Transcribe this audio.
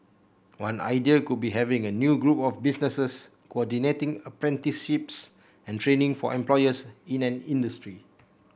one idea could be having a new group of businesses coordinating apprenticeships and training for employers in an industry